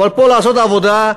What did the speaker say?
אבל פה לעשות עבודה,